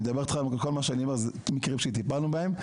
אני מדבר איתכם על מקרים שטיפלנו בהם,